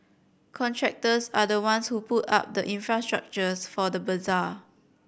contractors are the ones who put up the infrastructure for the bazaar